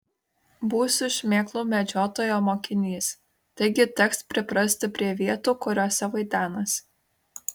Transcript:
būsiu šmėklų medžiotojo mokinys taigi teks priprasti prie vietų kuriose vaidenasi